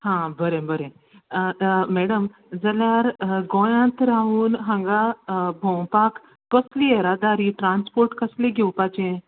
हां बरें बरें मॅडम जाल्यार गोंयांत रावून हांगा भोंवपाक कसली येरादारी ट्रांस्पोट कसलें घेवपाचें